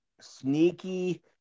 Sneaky